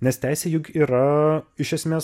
nes teisė juk yra iš esmės